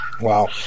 Wow